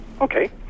Okay